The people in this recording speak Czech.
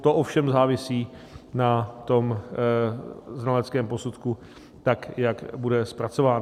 To ovšem závisí na tom znaleckém posudku, jak bude zpracován.